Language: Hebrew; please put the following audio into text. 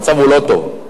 המצב הוא לא טוב.